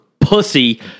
pussy